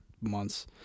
months